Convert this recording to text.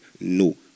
no